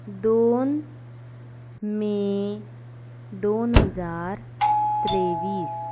दोन मे दोन हजार त्रेवीस